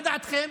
מה דעתכם?